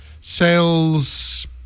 sales